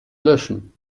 löschen